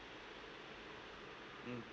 mm